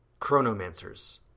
chronomancers